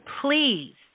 please